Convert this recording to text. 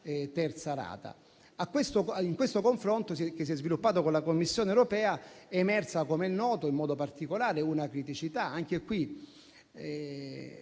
terza rata. Da questo confronto che si è sviluppato con la Commissione europea è emersa - come è noto - in modo particolare una criticità. Anche qui,